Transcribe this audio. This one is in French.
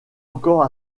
encore